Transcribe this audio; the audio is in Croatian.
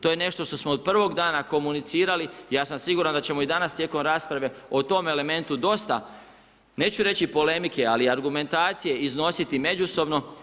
To je nešto što smo od prvog dana komunicirali i ja sam siguran da ćemo i danas tijekom rasprave o tom elementu dosta, neću reći polemike ali i argumentacije iznositi međusobno.